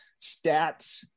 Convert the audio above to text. stats